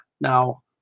Now